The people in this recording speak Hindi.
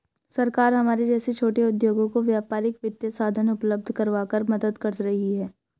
सरकार हमारे जैसे छोटे उद्योगों को व्यापारिक वित्तीय साधन उपल्ब्ध करवाकर मदद कर रही है